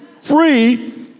Free